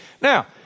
Now